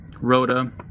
Rhoda